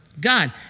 God